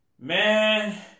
man